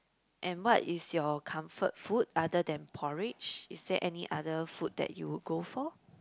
and what is your comfort food other than porridge is there any other food that you would go for